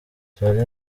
charly